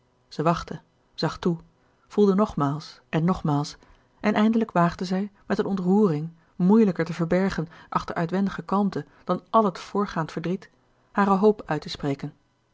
zij wachtte zag toe voelde nogmaals en nogmaals en eindelijk waagde zij met een ontroering moeilijker te verbergen achter uitwendige kalmte dan al het voorgaand verdriet hare hoop uit te spreken